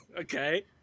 okay